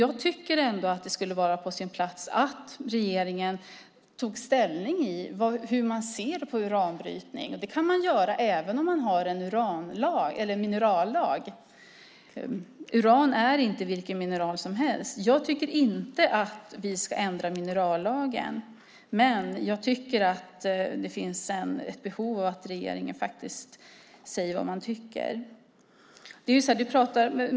Jag tycker ändå att det skulle vara på sin plats att regeringen tog ställning till detta och talade om hur den ser på uranbrytning. Det kan man göra även om man har en minerallag. Uran är inte vilket mineral som helst. Jag tycker inte att vi ska ändra minerallagen, men jag tycker att det finns ett behov av att regeringen säger vad den tycker.